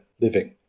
living